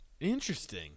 interesting